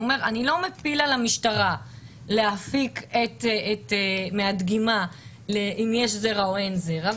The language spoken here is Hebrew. הוא אומר: אני לא מפיל על המשטרה להפיק מהדגימה אם יש זרע או אין זרע,